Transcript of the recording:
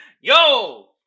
Yo